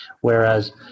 Whereas